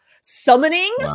summoning